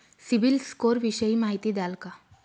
CIBIL score विषयी माहिती द्याल का?